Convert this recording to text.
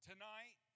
Tonight